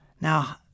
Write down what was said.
Now